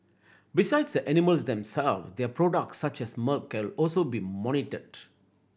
besides the animals themselves their products such as milk will also be monitored